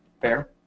Fair